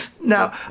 Now